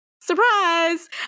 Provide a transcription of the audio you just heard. Surprise